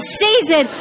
season